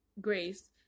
grace